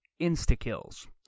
insta-kills